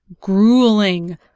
grueling